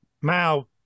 Mao